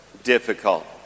difficult